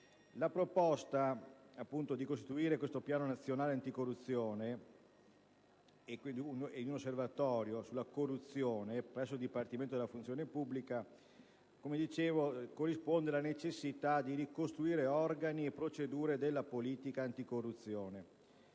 La proposta di istituire un Piano nazionale anticorruzione e un Osservatorio sulla corruzione presso il Dipartimento della funzione pubblica corrisponde alla necessità di ricostituire organi e procedure della politica anticorruzione,